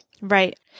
Right